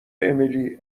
امیلی